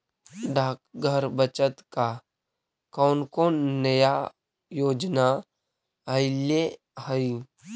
डाकघर बचत का कौन कौन नया योजना अइले हई